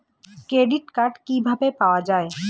Credit card কিভাবে পাওয়া য়ায়?